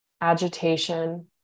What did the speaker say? agitation